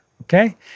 okay